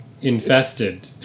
infested